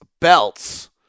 Belts